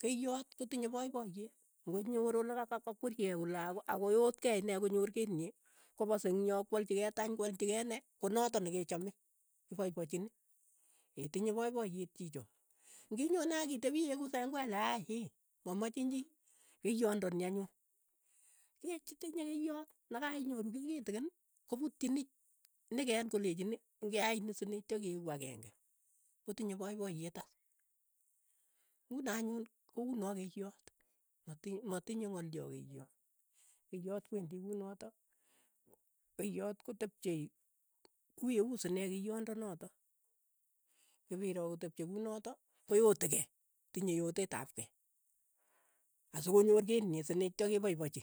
Keiyoot kotinye poipoyeet, ng'onyo koroot neka ka- kakwechi kei kole ako- akoyoot kei ine konyoor kiit nyi. kopase ing' yo. kwalchikei tany, kwalchikei ne, konatak nekechome, kipoipochini, tinye poipoyeet chiicho, ng'inyone akitepii iyeku seng'wele aai eei, mamachin chii, keiyondoni anyun, keiyot nekainyoru kei kitikin. koputchini nekeen kolechini, ngeai ni sinetyo keeku ageng'e, kotinye poipoyet as. ng'uno anyun, kouno keiyoot, ma- matinye ng'olyo keiyot, keiyoot kwendi kunotok. keiyot kotepchei ku ye uu sinee keiyondonotok, kipiroo kotepchei kunotok koyotekei, tinye yoteet ap kei, asokonyoor kiit nyii sineityo kepaipachi,